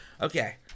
Okay